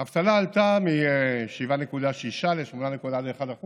האבטלה עלתה מ-7.6% ל-8.1%.